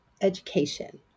education